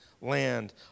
land